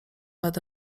nad